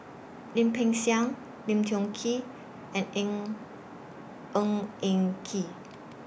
Lim Peng Siang Lim Tiong Ghee and Eng Ng Eng Kee